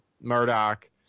Murdoch